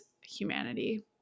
humanity